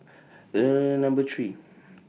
Number three